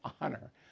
Honor